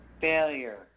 Failure